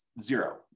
zero